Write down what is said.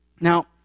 Now